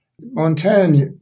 Montaigne